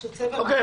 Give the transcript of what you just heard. אוקיי.